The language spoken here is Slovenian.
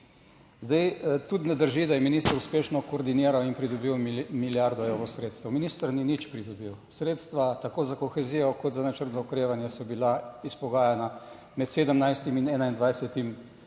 Zdaj, tudi ne drži, da je minister uspešno koordiniral in pridobil milijardo evrov sredstev. Minister ni nič pridobil. Sredstva tako za kohezijo, kot za Načrt za okrevanje so bila izpogajana med 17. in 21.